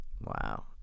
Wow